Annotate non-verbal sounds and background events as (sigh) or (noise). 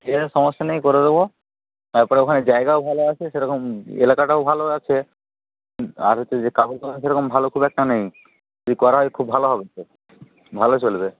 ঠিক আছে সমস্যা নেই করে দেবো তারপরে ওখানে জায়গাও ভালো আছে সেরকম এলাকাটাও ভালো আছে আর হচ্ছে যে কাপড় (unintelligible) সেরকম ভালো খুব একটা নেই যদি করা হয় খুব ভালো হবে তো ভালো চলবে